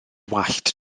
wallt